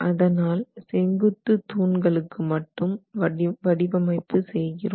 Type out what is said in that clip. அதனால் செங்குத்து தூண்களுக்கு மட்டும் வடிவமைப்பு செய்கிறோம்